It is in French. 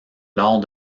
lors